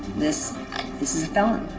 this this is a felony.